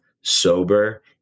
sober